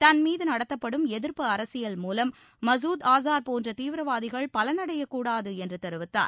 தன்மீது நடத்தப்படும் எதிர்ப்பு அரசியல் மூலம் மசூத் ஆஸார் போன்ற தீவிரவாதிகள் பலனடையக்கூடாது என்று தெரிவித்தார்